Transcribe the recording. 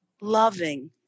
loving